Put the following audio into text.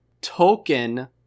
token